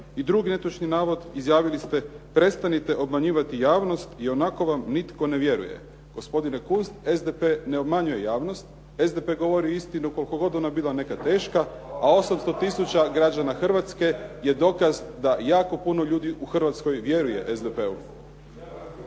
I drugi netočni navod, izjavili ste: prestanite obmanjivati javnost, ionako vam nitko ne vjeruje. Gospodine Kunst, SDP ne obmanjuje javnost, SDP govori istinu koliko god ona bila nekad teška, a 800 tisuća građana Hrvatske je dokaz da jako puno ljudi u Hrvatskoj vjeruje SDP-u.